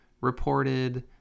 reported